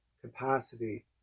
capacity